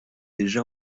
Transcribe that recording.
déjà